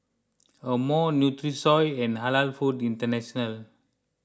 Amore Nutrisoy and Halal Foods International